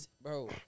bro